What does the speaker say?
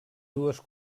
dues